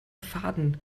faden